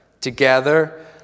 together